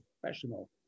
professional